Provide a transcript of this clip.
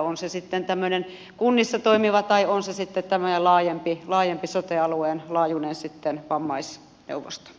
on se sitten tämmöinen kunnissa toimiva tai sitten tämmöinen laajempi sote alueen laajuinen vammaisneuvosto